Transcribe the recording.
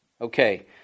Okay